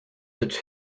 its